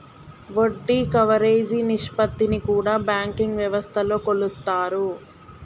వడ్డీ కవరేజీ నిష్పత్తిని కూడా బ్యాంకింగ్ వ్యవస్థలో కొలుత్తారు